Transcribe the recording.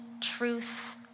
truth